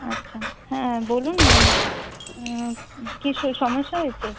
আচ্ছা হ্যাঁ বলুন না কী সেই সমস্যা হয়েচে